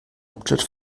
hauptstadt